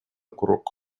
курок